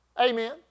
Amen